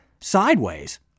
sideways